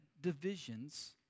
divisions